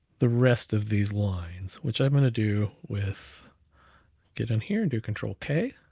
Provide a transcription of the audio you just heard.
the rest of these lines, which i'm gonna do with get in here, and do control k